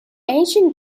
ancient